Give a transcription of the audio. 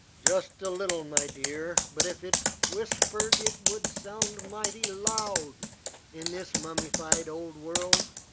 just a little, my dear but if it whispered it would sound mighty loud in this mummified old world.